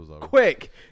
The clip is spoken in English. Quick